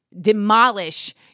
demolish